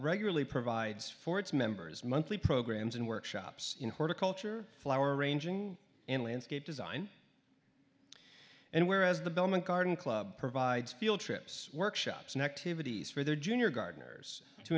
regularly provides for its members monthly programs and workshops in horticulture flower arranging in landscape design and whereas the bellman garden club provides field trips workshops neck to vittie for their junior gardeners to